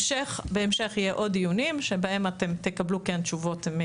בהמשך יהיה עוד דיונים שבהם אתם תקבלו כן תשובות.